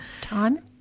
Time